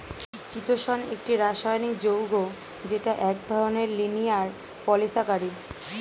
চিতোষণ একটি রাসায়নিক যৌগ যেটা এক ধরনের লিনিয়ার পলিসাকারীদ